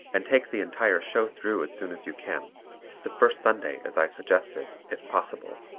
and take the entire show through as soon as you can the first sunday as i suggested, if possible.